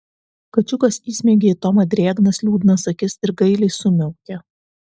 kačiukas įsmeigė į tomą drėgnas liūdnas akis ir gailiai sumiaukė